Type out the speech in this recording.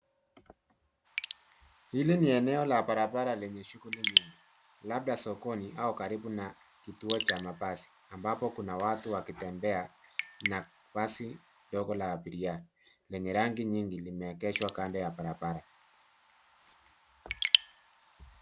Hili ni eneo la barabara lenye shughuli nyingi labda sokoni au karibu na kituo cha mabasi ambapo kuna watu wakitembea na basi ndogo la abiria lenye rangi nyingi limeegeshwa kando ya barabara.